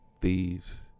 thieves